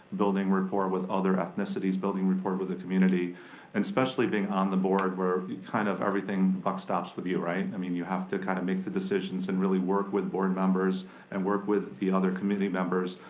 building rapport with other ethnicities, building rapport with the community and especially being on the board, where kind of everything, buck stops with you, right? i mean you have to kinda make the decisions and really work with board members and work with the other committee members,